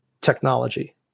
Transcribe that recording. technology